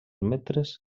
metres